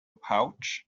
pouch